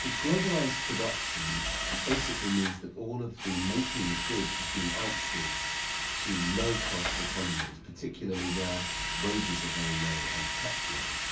globalized production basically means that all of the making of goods has been outsourced to low-cost economies, particularly where wages are very low and kept low.